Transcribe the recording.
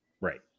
right